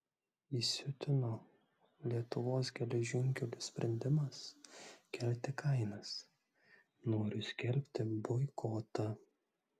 įsiutino lietuvos geležinkelių sprendimas kelti kainas noriu skelbti boikotą